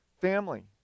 family